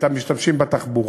את המשתמשים בתחבורה.